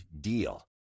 DEAL